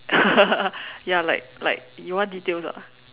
ya like like you want details ah